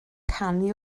canu